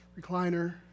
recliner